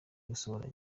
gusohora